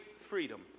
freedom